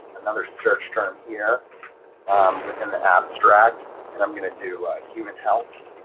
another search term here within the abstract and i'm going to do human health